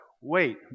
wait